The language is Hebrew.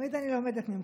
תמיד אני לומדת ממך.